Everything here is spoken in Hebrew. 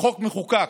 החוק מחוקק.